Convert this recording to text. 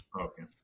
Okay